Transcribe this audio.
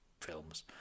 films